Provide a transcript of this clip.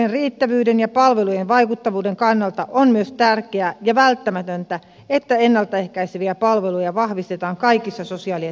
resurssien riittävyyden ja palvelujen vaikuttavuuden kannalta on myös tärkeää ja välttämätöntä että ennalta ehkäiseviä palveluja vahvistetaan kaikissa sosiaali ja terveydenhuollon toimissa